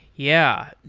yeah.